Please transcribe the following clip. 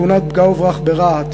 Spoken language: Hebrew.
בתאונת פגע-וברח ברהט.